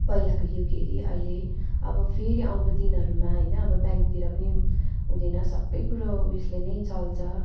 पहिलाको युग हेरी अहिले अब फेरि आउँदो दिनहरूमा होइन अब ब्याङ्कतिर पनि हुँदैन सबै कुरो उयसले नै चल्छ